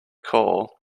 call